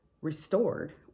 restored